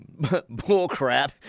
bullcrap